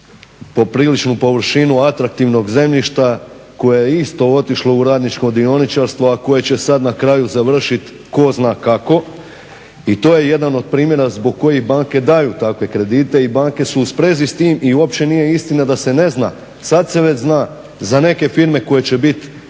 popriličnu površinu atraktivnog zemljišta koje je isto otišlo u radničko dioničarstvo, a koje će sad na kraju završiti tko zna kako. I to je jedan od primjera zbog kojih banke daju takve kredite i banke su u sprezi s tim i uopće nije istina da se ne zna. Sad se već zna za neke firme koje će biti